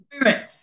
Spirit